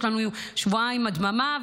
יש לנו שבועיים הדממה,